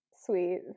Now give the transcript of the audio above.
Sweet